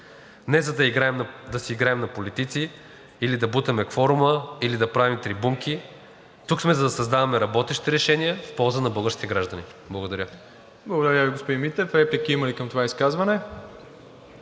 не за да си играем на политици или да бутаме кворума, или да правим трибунки, тук сме, за да създаваме работещи решения в полза на българските граждани. Благодаря. ПРЕДСЕДАТЕЛ МИРОСЛАВ ИВАНОВ: Благодаря Ви, господин Митев. Реплики има ли към това изказване?